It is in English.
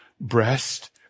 breast